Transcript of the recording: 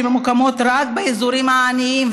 שממוקמות רק באזורים העניים,